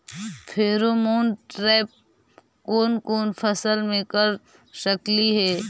Pheromone trap कोन कोन फसल मे कर सकली हे?